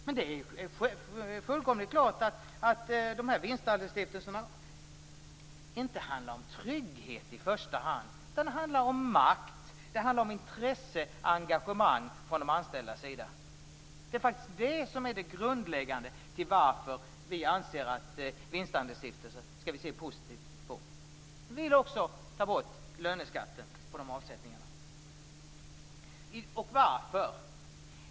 Men det är fullkomligt klart att vinstandelsstiftelserna inte i första hand handlar om trygghet. Det handlar om makt, intresse och engagemang från de anställdas sida. Det är faktiskt det grundläggande skälet till varför vi anser att vi skall se positivt på vinstandelsstiftelser. Vi vill också ta bort löneskatten på avsättningarna. Varför vill vi det?